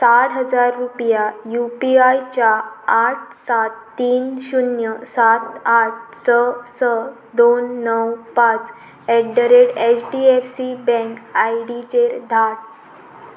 साठ हजार रुपया यू पी आयच्या आठ सात तीन शुन्य सात आठ स स दोन णव पांच at the rate H D F C bank आयडीचेर धाड